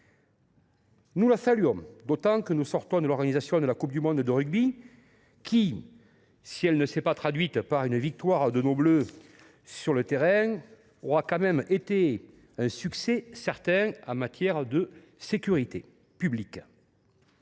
Nous la saluons, d’autant plus que nous sortons de l’organisation de la Coupe du monde de rugby, qui, si elle ne s’est pas traduite par une victoire de nos Bleus sur le terrain,… À notre grand regret !… aura été un succès certain en matière de sécurité publique.